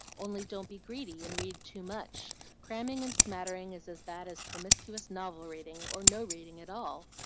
only don't be greedy, and read too much cramming and smattering is as bad as promiscuous novel-reading, or no reading at all.